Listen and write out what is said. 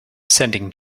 sending